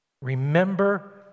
Remember